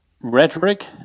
rhetoric